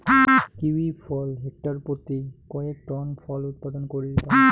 kiwi ফল hectare পত্যি কয়েক টন ফল উৎপাদন করির পায়